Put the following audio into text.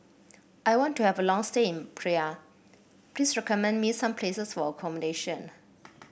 I want to have a long stay Praia please recommend me some places for accommodation